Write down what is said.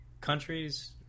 countries